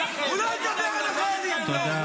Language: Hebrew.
הוא לא ידבר על החיילים --- תודה.